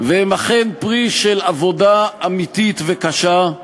והם אכן פרי של עבודה אמיתית וקשה,